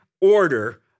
order